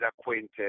acquainted